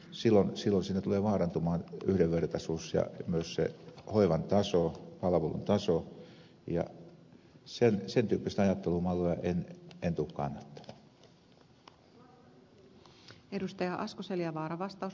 silloin siinä tulee vaarantumaan yhdenvertaisuus ja myös se hoivan taso palvelun taso ja sen tyyppistä ajattelumallia en tule kannattamaan